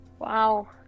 Wow